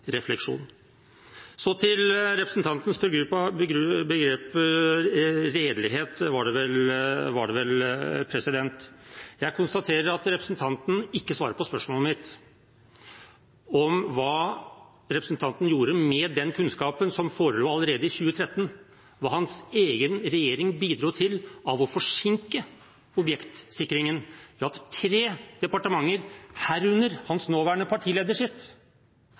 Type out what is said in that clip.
nåtidsrefleksjon. Så til representantens begrep «redelighet» – var det vel. Jeg konstaterer at representanten ikke svarer på spørsmålet mitt om hva representanten gjorde med den kunnskapen som forelå allerede i 2013, og hvordan hans egen regjering bidro til å forsinke objektsikringen ved at tre departementer, herunder hans nåværende